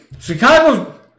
Chicago